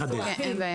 כן, אין בעיה.